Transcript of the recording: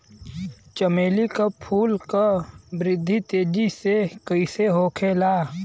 चमेली क फूल क वृद्धि तेजी से कईसे होखेला?